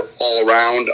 all-around